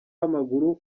w’amaguru